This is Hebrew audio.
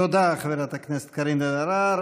תודה, חברת הכנסת קארין אלהרר.